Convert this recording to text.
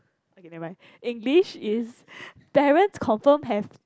okay never mind English is parents confirm have